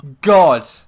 God